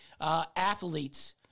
athletes